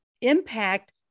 impact